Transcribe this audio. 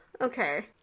okay